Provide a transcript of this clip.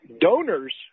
donors